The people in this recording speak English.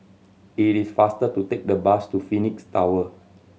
it is faster to take the bus to Phoenix Tower